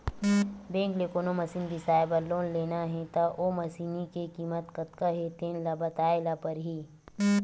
bank ले कोनो machine बिसाए बर लोन लेना हे त ओ मसीनी के कीमत कतका हे तेन ल बताए ल परही